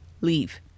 leave